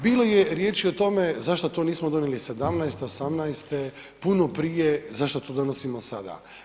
Bilo je riječi o tome zašto to nismo donijeli '17., '18., puno prije, zašto to donosimo sada.